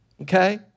okay